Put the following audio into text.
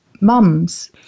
mums